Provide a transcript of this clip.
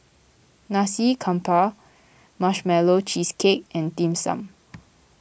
Nasi Campur Marshmallow Cheesecake and Dim Sum